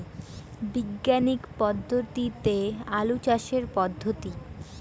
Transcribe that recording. বিজ্ঞানিক পদ্ধতিতে আলু চাষের পদ্ধতি?